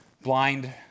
blind